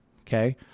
Okay